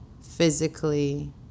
physically